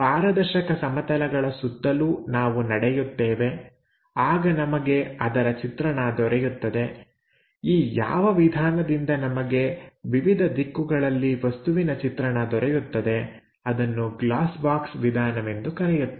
ಪಾರದರ್ಶಕ ಸಮತಲಗಳ ಸುತ್ತಲೂ ನಾವು ನಡೆಯುತ್ತೇವೆ ಆಗ ನಮಗೆ ಅದರ ಚಿತ್ರಣ ದೊರೆಯುತ್ತದೆ ಈ ಯಾವ ವಿಧಾನದಿಂದ ನಮಗೆ ವಿವಿಧ ದಿಕ್ಕುಗಳಲ್ಲಿ ವಸ್ತುವಿನ ಚಿತ್ರಣ ದೊರೆಯುತ್ತದೆ ಅದನ್ನು ಗ್ಲಾಸ್ ಬಾಕ್ಸ್ ವಿಧಾನವೆಂದು ಕರೆಯುತ್ತೇವೆ